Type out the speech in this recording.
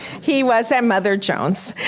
he was at mother jones.